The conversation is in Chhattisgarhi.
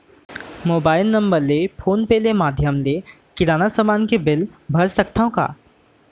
मोबाइल नम्बर ले फोन पे ले माधयम ले किराना समान के बिल भर सकथव का?